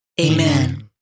Amen